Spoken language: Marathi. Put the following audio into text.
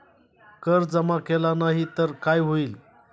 कर जमा केला नाही तर काय होईल?